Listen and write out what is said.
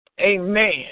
Amen